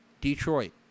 Detroit